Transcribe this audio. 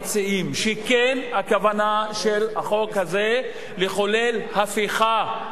שכן, הכוונה של החוק הזה לחולל הפיכה,